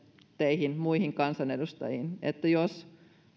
teihin muihin kansanedustajiin että